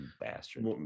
Bastard